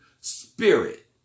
Spirit